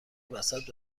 وسط